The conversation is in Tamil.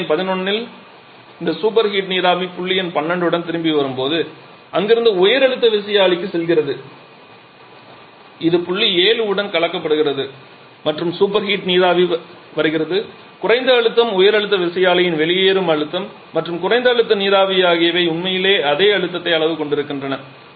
புள்ளி எண் 11 இல் உள்ள இந்த சூப்பர் ஹீட் நீராவி புள்ளி எண் 12 உடன் திரும்பி வரும்போது அங்கிருந்து உயர் அழுத்த விசையாழிக்குச் செல்கிறது இது புள்ளி 7 உடன் கலக்கப்படுகிறது மற்றும் சூப்பர் ஹீட் நீராவி வருகிறது குறைந்த அழுத்தம் உயர் அழுத்த விசையாழியின் வெளியேறும் அழுத்தம் மற்றும் குறைந்த அழுத்த நீராவி ஆகியவை உண்மையில் அதே அழுத்த அளவைக் கொண்டிருக்கின்றன